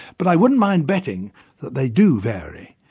but i wouldn't mind betting that they do vary,